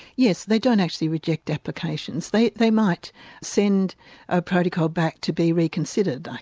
yes, they don't actually reject applications. they they might send a protocol back to be reconsidered,